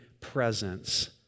presence